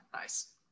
nice